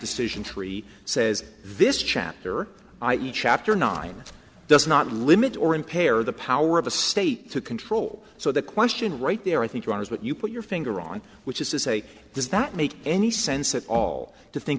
decision tree says this chapter i e chapter nine does not limit or impair the power of a state to control so the question right there i think you are is what you put your finger on which is to say does that make any sense at all to think